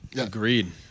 Agreed